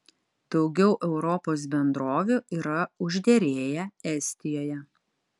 daugiau europos bendrovių yra užderėję estijoje